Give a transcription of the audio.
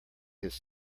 his